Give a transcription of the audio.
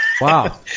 Wow